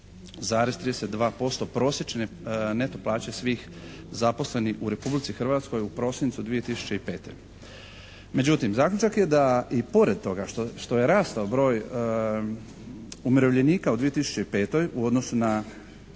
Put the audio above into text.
41,32% prosječne neto plaće svih zaposlenih u Republici Hrvatskoj u prosincu 2005. Međutim zaključak je da i pored toga što je rastao broj umirovljenika u 2005. u odnosu na